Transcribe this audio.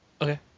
Okay